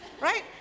right